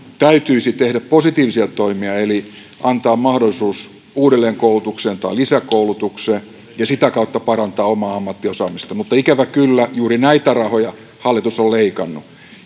täytyisi tehdä positiivisia toimia eli antaa mahdollisuus uudelleenkoulutukseen tai lisäkoulutukseen ja sitä kautta parantaa omaa ammattiosaamista mutta ikävä kyllä juuri näitä rahoja hallitus on leikannut